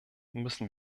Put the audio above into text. müssen